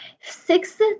Six